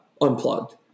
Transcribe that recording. Unplugged